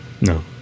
No